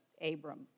Abram